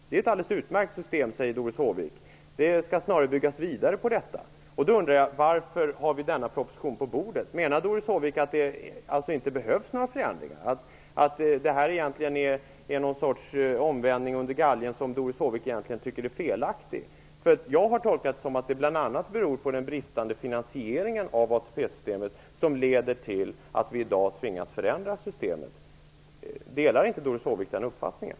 Doris Håvik säger att ATP-systemet är ett alldeles utmärkt system och att det skall snarare byggas vidare. Varför har vi då denna proposition på bordet? Menar Doris Håvik att det inte behövs några förändringar? Är detta något slags omvändelse under galgen som Doris Håvik egentligen tycker är felaktig? Jag har tolkat det så att det är bl.a. den bristande finansieringen av ATP-systemet som har lett till att vi i dag tvingas förändra systemet. Delar inte Doris Håvik den uppfattningen?